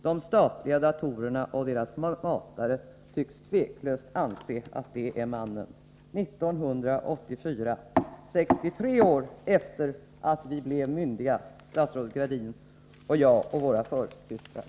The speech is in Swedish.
De statliga datorerna och deras matare tycks tveklöst anse att det är mannen — 1984, 63 år efter det att vi blev myndiga, statsrådet Gradin och jag och våra försystrar.